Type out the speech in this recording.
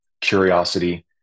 curiosity